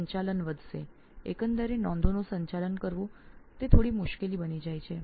સંચાલન વધશે એકંદરે નોંધોનું સંચાલન કરવું થોડું મુશ્કેલ બની જાય છે